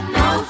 no